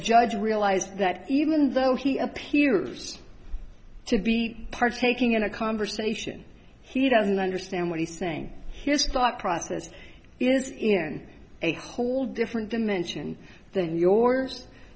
judge realized that even though he appears to be partaking in a conversation he doesn't understand what he's saying here's a thought process is in a whole different dimension than yours